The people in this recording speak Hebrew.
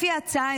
לפי ההצעה,